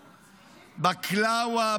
בקלאווה,